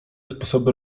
sposoby